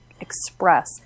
express